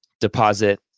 deposit